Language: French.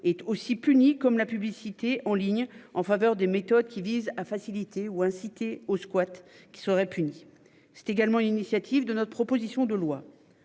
est aussi puni comme la publicité en ligne en faveur des méthodes qui visent à faciliter ou incité au squat qui serait punis. C'est également une initiative de notre proposition de loi.